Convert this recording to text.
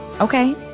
Okay